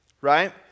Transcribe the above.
right